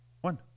One